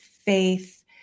faith